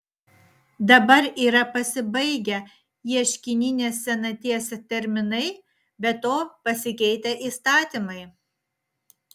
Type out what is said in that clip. dabar yra pasibaigę ieškininės senaties terminai be to pasikeitę įstatymai